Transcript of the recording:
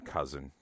Cousin